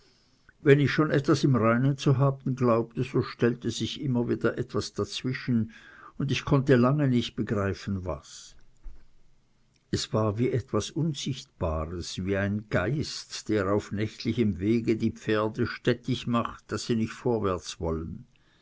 wenn ich schon etwas im reinen zu haben glaubte so stellte sich immer wieder etwas dazwischen und ich konnte lange nicht begreifen was es war wie etwas unsichtbares wie ein geist der auf nächtlichem wege die pferde stettig macht daß sie nicht vorwärts wollen